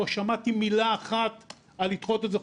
לא שמעתי מילה אחת על לדחות את זה,